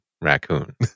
raccoon